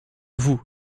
vous